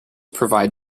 provide